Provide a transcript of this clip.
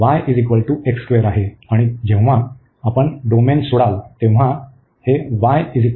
आणि जेव्हा आपण डोमेन सोडाल तेव्हा हे y x असेल